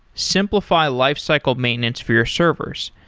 simplify lifecycle maintenance for your servers.